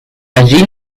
allí